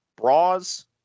bras